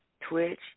Twitch